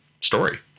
story